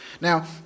Now